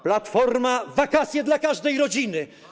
Platforma - wakacje dla każdej rodziny.